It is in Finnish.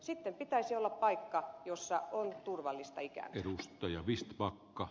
sitten pitäisi olla paikka jossa on turvallista ikääntyä